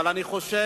אבל אני חושב,